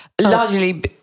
Largely